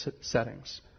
settings